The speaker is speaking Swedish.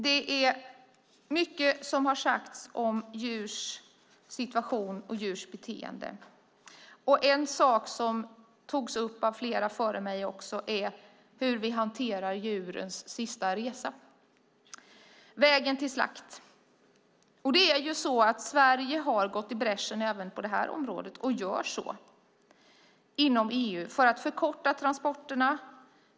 Det är mycket som har sagts om djurs situation och djurs beteenden. En sak som togs upp av flera talare före mig är hur vi hanterar djurens sista resa, vägen till slakt. Det är ju så att Sverige har gått i bräschen även på det här området och gör så inom EU för att förkorta transporterna.